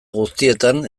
guztietan